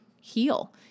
heal